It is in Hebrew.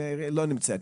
היא לא נמצאת.